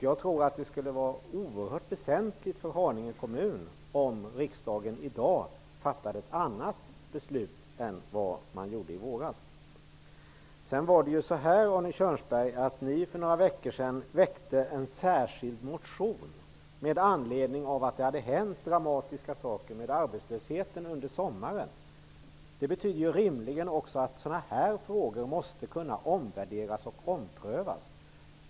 Jag tror det skulle vara oerhört väsentligt för Haninge kommun om riksdagen i dag fattade ett annat beslut än man gjorde i våras. För några veckor sedan väckte ni, Arne Kjörnsberg, en särskild motion med anledning av att det hade hänt dramatiska saker med arbetslösheten under sommaren. Det betyder rimligen också att frågor av detta slag måste kunna omvärderas och omprövas.